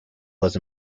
was